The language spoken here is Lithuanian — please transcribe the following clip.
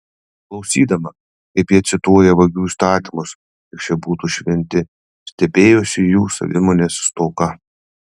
klausydama kaip jie cituoja vagių įstatymus lyg šie būtų šventi stebėjosi jų savimonės stoka